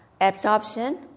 absorption